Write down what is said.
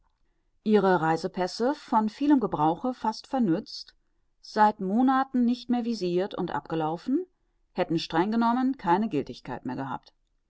ihre reisepässe von vielem gebrauche fast vernützt seit monaten nicht mehr visirt und abgelaufen hätten streng genommen keine giltigkeit mehr gehabt